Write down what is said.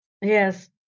Yes